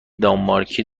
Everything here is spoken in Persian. دانمارکی